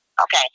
Okay